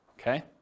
okay